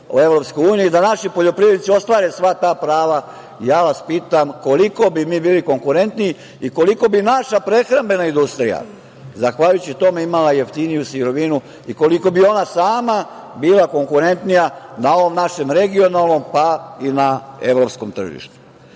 kakve imaju u EU, da naši poljoprivrednici ostvare sva ta prava, ja vas pitam koliko bi mi bili konkurentniji i koliko bi naša prehrambena industrija, zahvaljujući tome je imala jeftiniju sirovinu i koliko bi ona sama bila konkurentnija na ovom našem regionalnom, pa i na evropskom tržištu. Dame